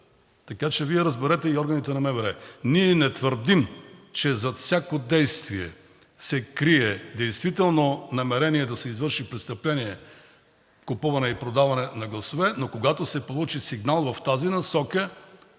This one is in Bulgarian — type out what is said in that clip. Така, че разберете и органите на МВР. Ние не твърдим, че зад всяко действие се крие действително намерение да се извърши престъпление – купуване и продаване на гласове, но когато се получи сигнал в тази насока,